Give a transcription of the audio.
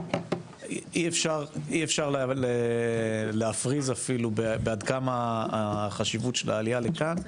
אי אפשר להפריז אפילו בעד כמה החשיבות של העלייה לכאן,